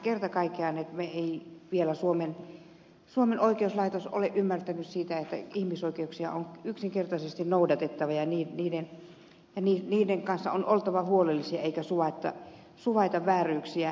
onko kerta kaikkiaan niin että suomen oikeuslaitos ei vielä ole ymmärtänyt sitä että ihmisoikeuksia on yksinkertaisesti noudatettava ja niiden kanssa on oltava huolellisia eikä tule suvaita vääryyksiä